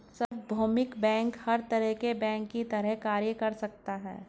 सार्वभौमिक बैंक हर तरह के बैंक की तरह कार्य कर सकता है